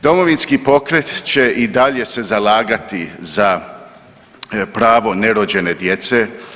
Domovinski pokret će i dalje se zalagati za pravo nerođene djece.